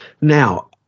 Now